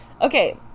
Okay